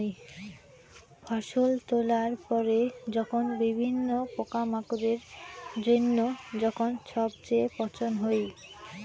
ফসল তোলার পরে যখন বিভিন্ন পোকামাকড়ের জইন্য যখন সবচেয়ে পচন হই